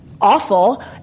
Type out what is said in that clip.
Awful